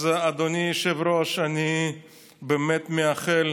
אז אדוני היושב-ראש, אני באמת מאחל